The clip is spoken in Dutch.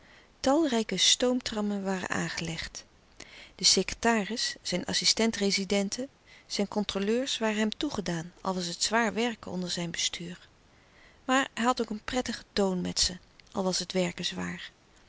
talrijke stoomtrammen waren aangelegd de secretaris zijn assistent rezidenten zijn contro eurs waren hem toegedaan al was het zwaar werken onder zijn bestuur maar hij had ook een prettigen toon met ze al was het werken